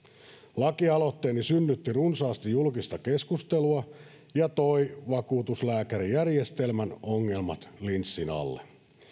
lakialoitteeni synnytti runsaasti julkista keskustelua ja toi vakuutuslääkärijärjestelmän ongelmat linssin alle